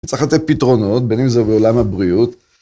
צריך לתת פתרונות, בין אם זה בעולם הבריאות.